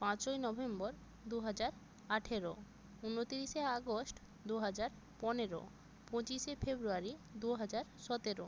পাঁচই নভেম্বর দুহাজার আঠেরো উনতিরিশে আগস্ট দুহাজার পনেরো পঁচিশে ফেব্রুয়ারি দুহাজার সতেরো